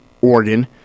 oregon